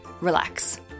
Relax